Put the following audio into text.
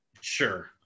sure